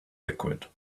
liquid